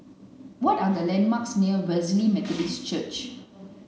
what are the landmarks near Wesley Methodist Church